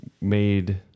made